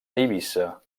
eivissa